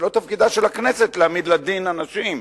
זה לא תפקידה של הכנסת להעמיד לדין אנשים.